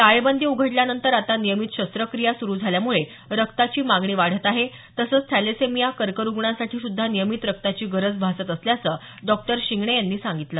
टाळेबंदी उघडल्यानंतर आता नियमित शस्त्रक्रिया सुरू झाल्यामुळे रक्ताची मागणी वाढत आहे तसंच थॅलेसेमिया कर्करुग्णांसाठी सुद्धा नियमित रक्ताची गरज भासत असल्याचं डॉ शिंगणे यांनी सांगितलं